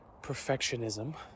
perfectionism